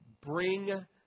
Bring